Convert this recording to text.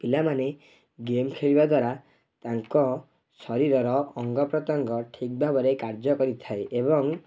ପିଲାମାନେ ଗେମ୍ ଖେଳିବା ଦ୍ଵାରା ତାଙ୍କ ଶରୀରର ଅଙ୍ଗ ପ୍ରତ୍ୟଙ୍ଗ ଠିକ୍ ଭାବରେ କାର୍ଯ୍ୟ କରିଥାଏ ଏବଂ